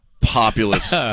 populist